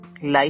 life